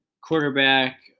Quarterback